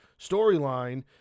storyline